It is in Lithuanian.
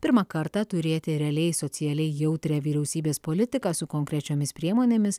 pirmą kartą turėti realiai socialiai jautrią vyriausybės politiką su konkrečiomis priemonėmis